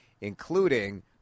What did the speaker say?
including